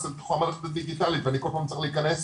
לתוך המערכת הדיגיטלית ואני כל פעם צריך להיכנס